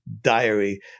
diary